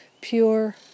pure